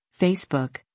facebook